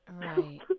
Right